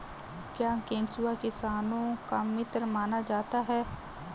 क्या केंचुआ किसानों का मित्र माना जाता है?